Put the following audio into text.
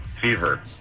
fever